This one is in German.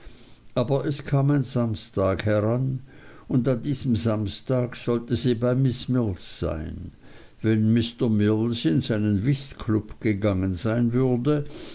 aber es kam ein samstag heran und an diesem samstagabend sollte sie bei miß mills sein wenn mr mills in seinen whistklub gegangen sein würde